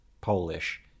Polish